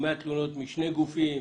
או 100 תלונות משני גופים?